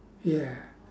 ya